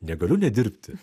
negaliu nedirbti